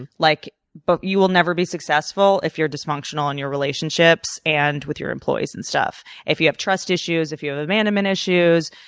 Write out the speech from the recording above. like but you will never be successful if you're dysfunctional in your relationships and with your employees and stuff. if you have trust issues, if you have abandonment issues,